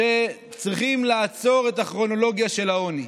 צריכים לעצור את הכרונולוגיה של העוני.